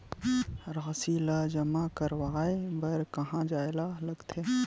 राशि ला जमा करवाय बर कहां जाए ला लगथे